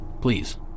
please